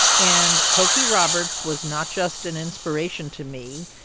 and cokie roberts was not just an inspiration to me.